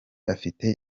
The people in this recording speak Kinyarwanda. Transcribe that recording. afite